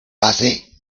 base